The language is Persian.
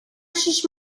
شیش